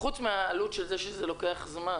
חוץ מהעלות של זה, שזה לוקח זמן.